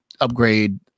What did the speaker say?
upgrade